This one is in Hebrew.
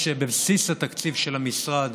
יש בבסיס התקציב של המשרד